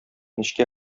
нечкә